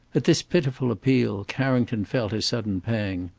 at this pitiful appeal, carrington felt a sudden pang.